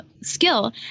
skill